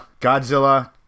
Godzilla